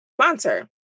sponsor